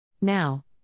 Now